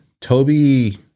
Toby